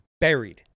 buried